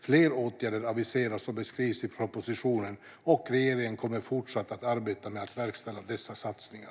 Flera åtgärder aviseras och beskrivs i propositionen, och regeringen kommer att fortsätta arbetet med att verkställa dessa satsningar.